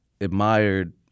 admired